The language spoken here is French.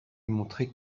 montré